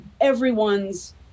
everyone's